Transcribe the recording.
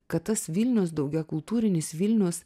kad tas vilnius daugiakultūrinis vilnius